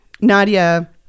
Nadia